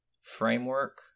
framework